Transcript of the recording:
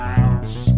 House